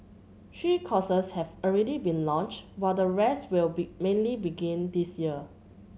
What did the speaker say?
three courses have already been launched while the rest will be mainly begin this year